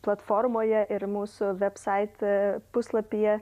platformoje ir mūsų vebsait puslapyje